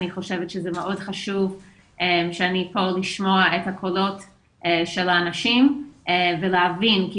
אני חושבת שזה מאוד חשוב שאני פה לשמוע את הקולות של האנשים ולהבין כי